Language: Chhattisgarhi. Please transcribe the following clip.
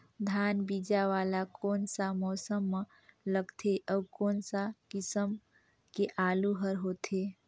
धान बीजा वाला कोन सा मौसम म लगथे अउ कोन सा किसम के आलू हर होथे?